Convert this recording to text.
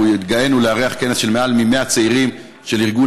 אנחנו התגאינו לארח כנס של מעל 100 צעירים של ארגון